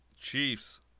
Chiefs